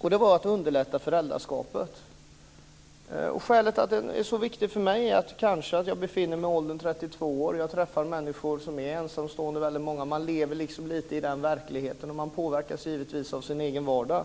Det var att underlätta föräldraskapet. Skälet till att den är så viktig för mig är kanske att jag befinner mig i åldern 32 år och träffar många människor som är ensamstående. Man lever liksom lite i den verkligheten, och man påverkas givetvis av sin egen vardag.